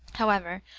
however,